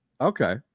Okay